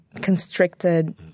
constricted